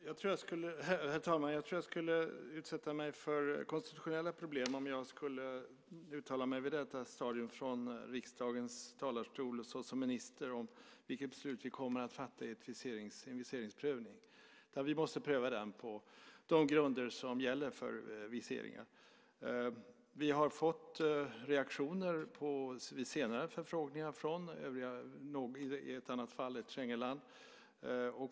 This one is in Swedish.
Herr talman! Jag skulle nog utsätta mig för konstitutionella problem om jag som minister vid detta stadium från riksdagens talarstol skulle uttala mig om vilket beslut vi kommer att fatta vid en viseringsprövning. Vi måste pröva det på de grunder som gäller för viseringar. Vi har fått reaktioner från övriga vid senare förfrågningar - i ett fall ett Schengenland.